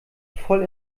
voll